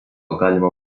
galima